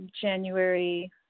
January